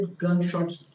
gunshots